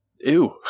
Ew